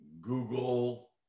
Google